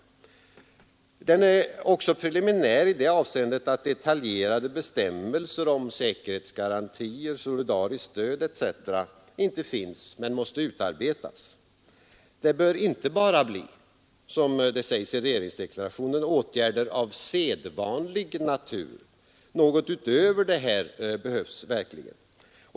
Överenskommelsen är också preliminär i det avseendet att detaljerade bestämmelser om säkerhetsgarantier, solidariskt stöd etc. inte finns men måste utarbetas. Det bör inte bara bli, som sägs i regeringsdeklarationen, åtgärder av sedvanlig natur. Något därutöver behövs verkligen.